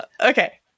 Okay